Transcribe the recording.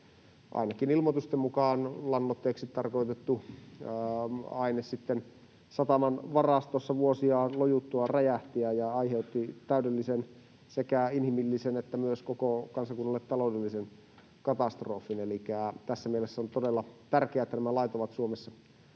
ainakin ilmoitusten mukaan, lannoitteeksi tarkoitettu aine sitten sataman varastossa vuosia lojuttuaan räjähti ja aiheutti täydellisen sekä inhimillisen että myös koko kansakunnalle taloudellisen katastrofin. Elikkä tässä mielessä on todella tärkeää, että nämä lait ovat Suomessa